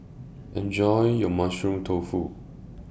Enjoy your Mushroom Tofu